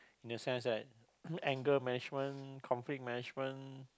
in the sense that anger management conflict management